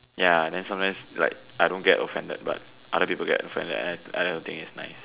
ya then sometimes like I don't get offended but other people get offended and I and I don't think it's nice